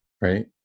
right